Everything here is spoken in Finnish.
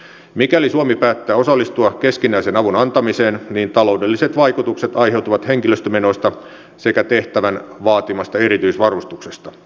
mikäli suomi päättää osallistua keskinäisen avun antamiseen niin taloudelliset vaikutukset aiheutuvat henkilöstömenoista sekä tehtävän vaatimasta erityisvarustuksesta